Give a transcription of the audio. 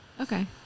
Okay